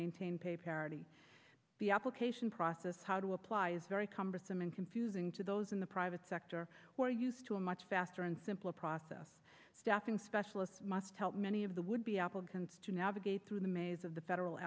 maintain pay parity the application process how to apply is very cumbersome and confusing to those in the private sector or used to a much faster and simpler process staffing specialist must help many of the would be applicants to navigate through the maze of the federal